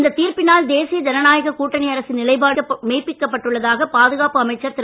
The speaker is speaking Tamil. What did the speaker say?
இந்த தீர்ப்பினால் தேசிய ஜனநாயக கூட்டணி அரசின் நிலைப்பாடுகள் மெய்ப்பிக்கப்பட்டுள்ளதாக பாதுகாப்பு அமைச்சர் திரு